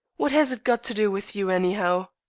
what has it got to do with you, anyhow?